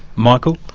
michael?